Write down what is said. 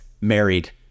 married